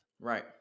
Right